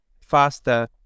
faster